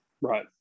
right